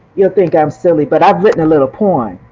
you'll think i'm silly, but i've written a little poem.